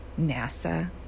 NASA